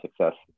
success